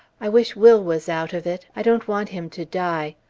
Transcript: i wish will was out of it i don't want him to die.